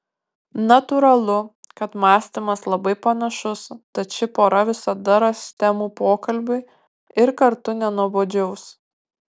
natūralu kad mąstymas labai panašus tad ši pora visada ras temų pokalbiui ir kartu nenuobodžiaus